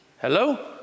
Hello